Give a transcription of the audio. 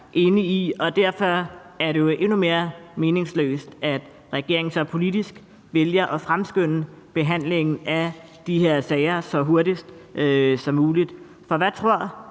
derfor er det jo endnu mere meningsløst, at regeringen så politisk vælger at fremskynde behandlingen af de her sager så hurtigt som muligt. For hvad tror